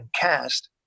cast